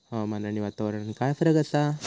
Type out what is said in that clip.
हवामान आणि वातावरणात काय फरक असा?